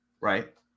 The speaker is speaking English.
Right